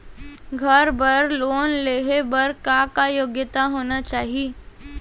घर बर लोन लेहे बर का का योग्यता होना चाही?